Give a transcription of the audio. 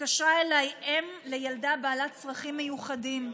התקשרה אלי אם לילדה בעלת צרכים מיוחדים.